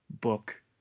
Book